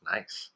Nice